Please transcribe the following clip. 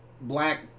black